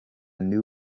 new